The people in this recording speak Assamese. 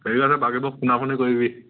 হেৰিও আছে বাকীবোৰক ফোনা ফুনি কৰিবি